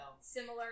similar